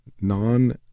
Non